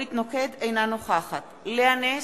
אינה נוכחת לאה נס,